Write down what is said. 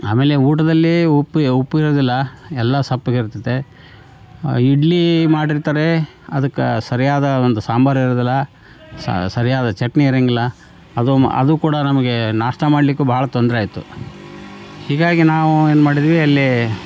ಆಮೇಲೆ ಊಟದಲ್ಲಿ ಉಪ್ಪು ಉಪ್ಪು ಇರೋದಿಲ್ಲ ಎಲ್ಲ ಸಪ್ಗೆ ಇರ್ತೈತೆ ಇಡ್ಲಿ ಮಾಡಿರ್ತಾರೆ ಅದಕ್ಕೆ ಸರಿಯಾದ ಒಂದು ಸಾಂಬಾರ್ ಇರೋದಿಲ್ಲ ಸರಿಯಾದ ಚಟ್ನಿ ಇರೊಂಗಿಲ್ಲ ಅದು ಮ ಅದು ಕೂಡ ನಮಗೆ ನಾಷ್ಟ ಮಾಡಲಿಕ್ಕು ಭಾಲ ತೊಂದರೆ ಆಯಿತು ಹೀಗಾಗಿ ನಾವು ಏನು ಮಾಡಿದ್ವಿ ಅಲ್ಲಿ